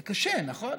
זה קשה, נכון?